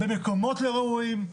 במקומות לא ראויים,